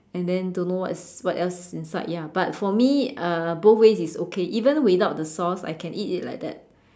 and then don't know what's what else is inside ya but for me uh both ways is okay even without the sauce I can eat it like that